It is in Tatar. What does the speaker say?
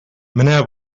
менә